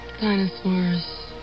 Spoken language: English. dinosaurs